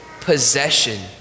possession